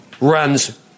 runs